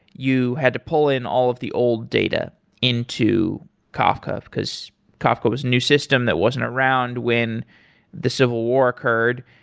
you had to pull in all of the old data into kafka because kafka was a new system that wasn't around when the civil war occurred.